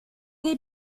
les